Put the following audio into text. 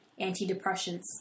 antidepressants